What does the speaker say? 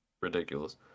Ridiculous